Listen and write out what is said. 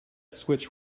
switch